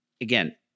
again